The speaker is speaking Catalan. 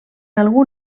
algú